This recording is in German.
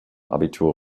abitur